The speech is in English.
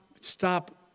Stop